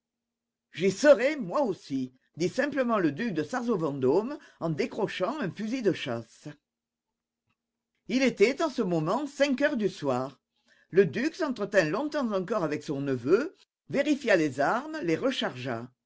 j'y serai moi aussi dit simplement le duc de sarzeau vendôme en décrochant un fusil de chasse il était à ce moment cinq heures du soir le duc s'entretint longtemps encore avec son neveu vérifia les armes les rechargea